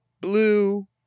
blue